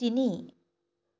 তিনি